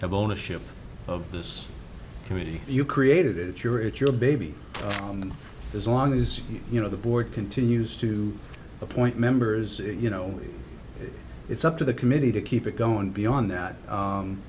have ownership of this committee you created it your it's your baby and as long as you know the board continues to appoint members you know it's up to the committee to keep it going beyond that